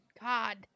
god